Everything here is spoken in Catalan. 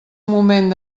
moment